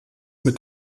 mit